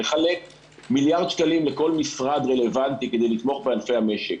לחלק מיליארד שקלים לכל משרד רלבנטי כדי לתמוך בענפי המשק,